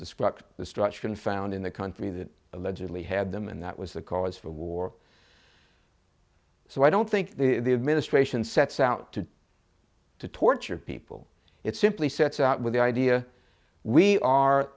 destruction destruction found in the country that allegedly had them and that was the cause for war so i don't think the administration sets out to to torture people it simply sets out with the idea we are